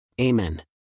Amen